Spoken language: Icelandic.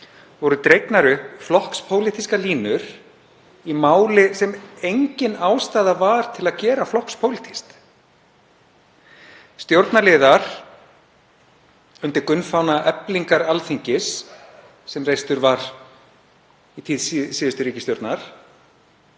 voru dregnar upp flokkspólitískar línur í máli sem engin ástæða var til að gera flokkspólitískt. Stjórnarliðar, undir gunnfána eflingar Alþingis, sem reistur var í tíð síðustu ríkisstjórnar,